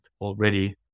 already